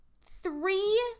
three